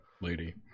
lady